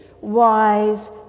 wise